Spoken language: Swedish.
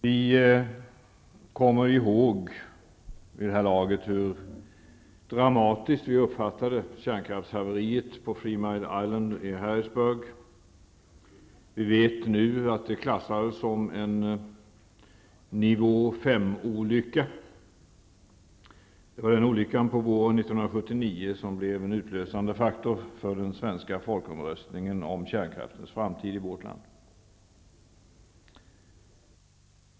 Vi kommer vid det här laget ihåg hur dramatiskt vi uppfattade kärnkraftshaveriet på Three Mile Island i Harrisburg. Vi vet nu att det klassades som en nivå fem-olycka. Det var den olyckan på våren 1979 som blev en utlösande faktor för den svenska folkomröstningen om kärnkraftens framtid i vårt land.